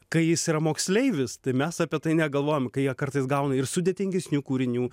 kai jis yra moksleivis tai mes apie tai negalvojam kai jie kartais gauna ir sudėtingesnių kūrinių